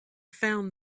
found